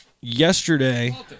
yesterday